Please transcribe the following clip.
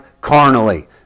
carnally